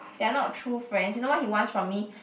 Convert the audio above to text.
they are not true friends you know what he wants from me